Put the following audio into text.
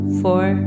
four